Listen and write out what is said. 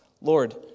Lord